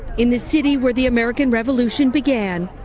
in the city where the american revolution began,